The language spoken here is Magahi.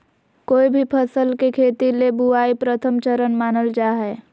कोय भी फसल के खेती ले बुआई प्रथम चरण मानल जा हय